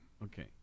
Okay